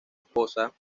esposa